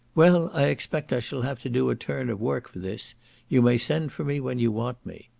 well, i expect i shall have to do a turn of work for this you may send for me when you want me.